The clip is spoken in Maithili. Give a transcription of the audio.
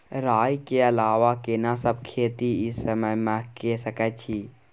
राई के अलावा केना सब खेती इ समय म के सकैछी?